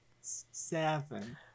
Seven